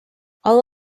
all